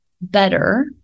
better